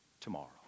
tomorrow